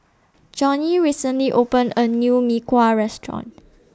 Johny recently opened A New Mee Kuah Restaurant